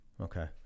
Okay